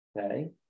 Okay